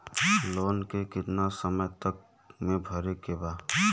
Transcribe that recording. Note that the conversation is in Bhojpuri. लोन के कितना समय तक मे भरे के बा?